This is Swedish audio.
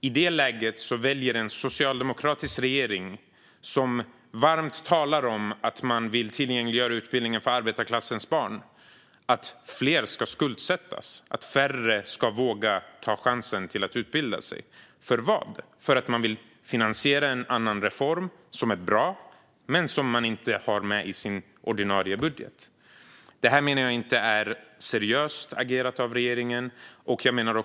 I det läget väljer en socialdemokratisk regering, som varmt talar om att man vill tillgängliggöra utbildning för arbetarklassens barn, att fler ska skuldsättas och att färre ska våga ta chansen att utbilda sig. Varför? Därför att man vill finansiera en annan reform som är bra men som man inte har med i sin ordinarie budget. Det här menar jag inte är seriöst agerat av regeringen.